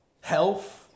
health